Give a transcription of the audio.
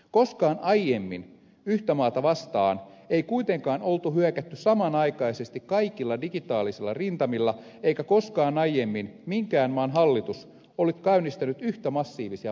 koskaan aiemmin yhtä maata vastaan ei kuitenkaan ollut hyökätty samanaikaisesti kaikilla digitaalisilla rintamilla eikä koskaan aiemmin minkään maan hallitus ole käynnistänyt yhtä massiivisia vastatoimia